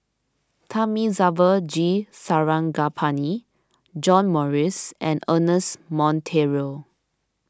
Thamizhavel G Sarangapani John Morrice and Ernest Monteiro